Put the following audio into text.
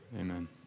amen